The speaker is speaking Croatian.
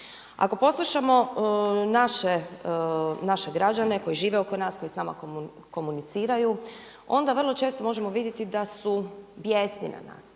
Ako poslušamo naše građane koji žive oko nas, koji s nama komuniciraju onda vrlo često možemo vidjeti da su bijesni na nas.